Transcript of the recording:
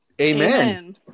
amen